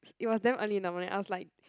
it was damn early in the morning I was like